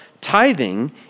tithing